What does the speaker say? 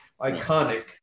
iconic